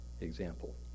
example